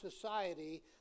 society